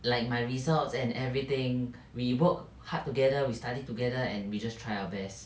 like my results and everything we work hard together we study together and we just try our best